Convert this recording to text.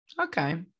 Okay